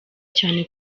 cyane